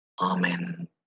Amen